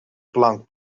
blanc